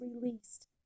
released